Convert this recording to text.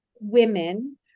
women